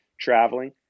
traveling